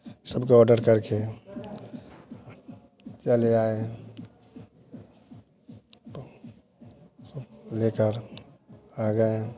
सबको ऑर्डर करके चले आए लेकर आ गए